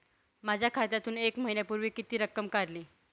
माझ्या खात्यातून एक महिन्यापूर्वी किती रक्कम काढली?